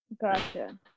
Gotcha